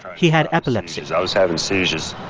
he had epilepsy i was having seizures,